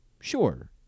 Sure